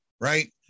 Right